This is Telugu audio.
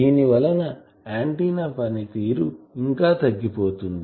దీని వలన ఆంటిన్నా పనితీరు ఇంకా తగ్గిపోతుంది